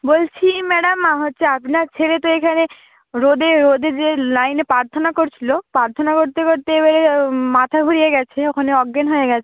বলছি ম্যাডাম হচ্ছে আপনার ছেলে তো এইখানে রোদে রোদে যে লাইনে পার্থনা করছিল প্রার্থনা করতে করতে এবারে মাথা ঘুরিয়ে গেছে ওখানে অজ্ঞান হয়ে গেছে